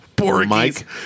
Mike